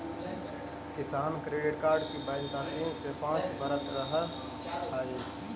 किसान credit card की वैधता तीन से पांच वर्ष रहअ हई